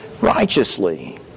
righteously